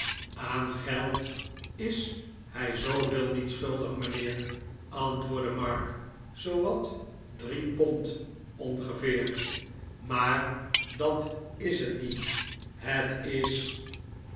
aan geld is hij zooveel niet schuldig mijnheer antwoordde mark zoowat drie pond ongeveer maar dat is het niet het is